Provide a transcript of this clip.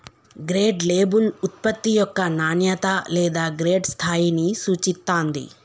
grade label ఉత్పత్తి యొక్క నాణ్యత లేదా గ్రేడ్ స్థాయిని సూచిత్తాంది